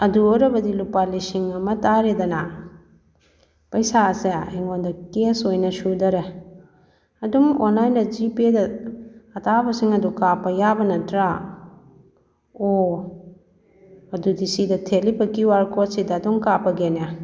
ꯑꯗꯨ ꯑꯣꯏꯔꯕꯗꯤ ꯂꯨꯄꯥ ꯂꯤꯁꯤꯡ ꯑꯃ ꯇꯥꯔꯦꯗꯅ ꯄꯩꯁꯥꯁꯦ ꯑꯩꯉꯣꯟꯗ ꯀꯦꯁ ꯑꯣꯏꯅ ꯁꯨꯗꯔꯦ ꯑꯗꯨꯝ ꯑꯣꯟꯂꯥꯏꯟꯗ ꯖꯤ ꯄꯦꯗ ꯑꯇꯥꯕꯁꯤꯡ ꯑꯗꯨ ꯀꯥꯞꯄ ꯌꯥꯕ ꯅꯠꯇ꯭ꯔꯥ ꯑꯣ ꯑꯗꯨꯗꯤ ꯁꯤꯗ ꯊꯦꯠꯂꯤꯕ ꯀ꯭ꯌꯨ ꯑꯥꯔ ꯀꯣꯗꯁꯤꯗ ꯑꯗꯨꯝ ꯀꯥꯞꯄꯒꯦꯅꯦ